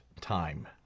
time